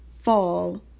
fall